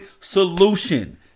solution